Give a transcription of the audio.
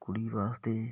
ਕੁੜੀ ਵਾਸਤੇ